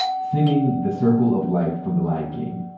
singing the circle of life from the lion king.